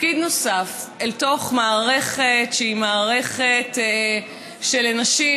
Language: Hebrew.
תפקיד נוסף למערכת, שהיא מערכת שלנשים